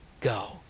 go